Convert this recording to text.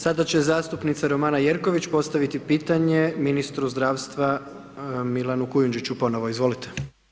Sada će zastupnica Romana Jerković postaviti pitanje ministru zdravstva Milanu Kujundžiću ponovno, izvolite.